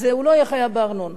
אז הוא לא יהיה חייב בארנונה.